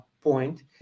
point